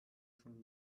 von